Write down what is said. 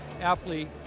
aptly